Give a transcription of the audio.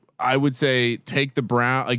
i would say, take the brown, like,